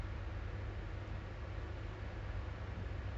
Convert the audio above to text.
it's like lambat already then you just wanna go home